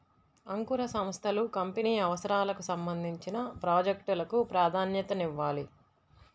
అంకుర సంస్థలు కంపెనీ అవసరాలకు సంబంధించిన ప్రాజెక్ట్ లకు ప్రాధాన్యతనివ్వాలి